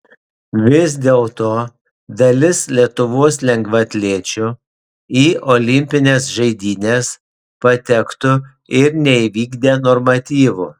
vis dėlto dalis lietuvos lengvaatlečių į olimpines žaidynes patektų ir neįvykdę normatyvų